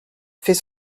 fait